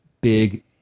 big